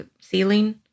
ceiling